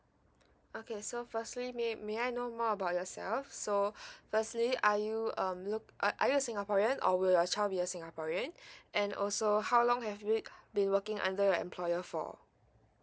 okay so firstly may may I know more about yourself so firstly are you um look are you are you a singaporean or will your child be a singaporean and also how long have you been working under your employer for